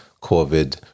COVID